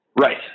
Right